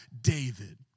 David